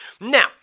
Now